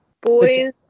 Boys